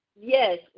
yes